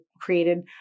created